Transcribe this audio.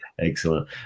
Excellent